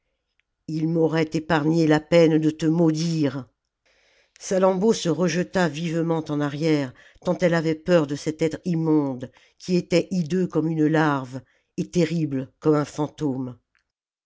ils m'auraient épargné la peine de te maudire salammbô se rejeta vivement en arrière tant elle avait peur de cet être immonde qui était hideux comme une larve et terrible comme un fantôme